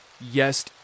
yes